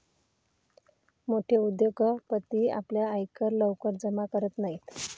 मोठे उद्योगपती आपला आयकर लवकर जमा करत नाहीत